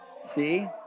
See